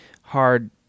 Hard